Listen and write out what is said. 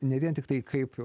ne vien tiktai kaip